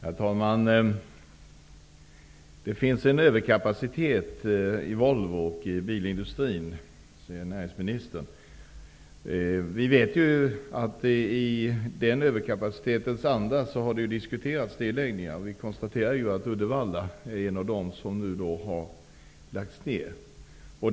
Herr talman! Det finns en överkapacitet i Volvo och i bilindustrin, säger näringsministern. I den överkapacitetens anda har det diskuterats nedlägggningar. Uddevalla är ju en av de anläggningar som nu har lagts ned.